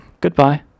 goodbye